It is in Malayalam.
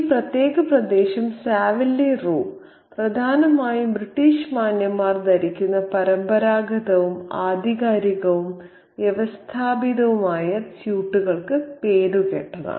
ഈ പ്രത്യേക പ്രദേശം സാവില്ലെ റോ പ്രധാനമായും ബ്രിട്ടീഷ് മാന്യന്മാർ ധരിക്കുന്ന പരമ്പരാഗതവും ആധികാരികവും വ്യവസ്ഥാപിതവുമായ സ്യൂട്ടുകൾക്ക് പേരുകേട്ടതാണ്